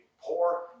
Poor